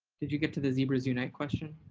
did you get to the zebras unite question.